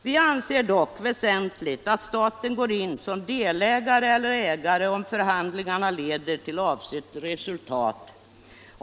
Vi anser det dock väsentligt att staten går in som delägare eller ägare, om förhandlingarna leder till avsedda resultat.